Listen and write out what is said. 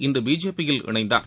இன்று பிஜேபி யில் இணைந்தார்